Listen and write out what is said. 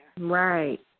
Right